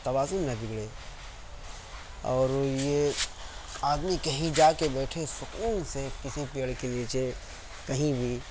توازن نہ بگڑے اور یہ آدمی کہیں جا کے بیٹھے سکون سے کسی پیڑ کے نِیچے کہیں بھی